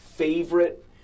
favorite